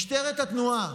כשמשטרת התנועה